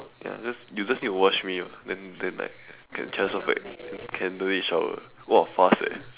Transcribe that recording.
ya just you just need to wash me then then like can can transform back can don't need to shower !wah! fast eh